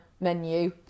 menu